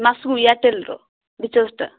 ମାସକୁ ଏୟାରଟେଲର ରିଚାର୍ଜଟା